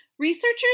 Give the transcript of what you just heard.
Researchers